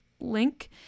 link